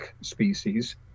species